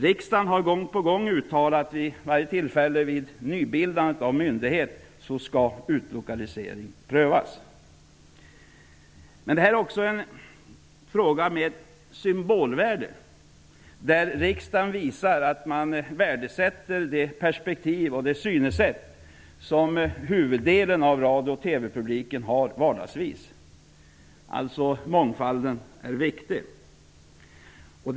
Riksdagen har ju gång på gång uttalat att vid varje tillfälle av nybildande av myndighet skall utlokalisering prövas. Detta är en fråga med symbolvärde, där riksdagen visar att man värdesätter det perspektiv och det synsätt som huvuddelen av radio och TV-publiken vanligtvis har. Mångfalden är alltså viktig.